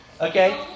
okay